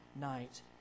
night